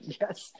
Yes